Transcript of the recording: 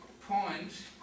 point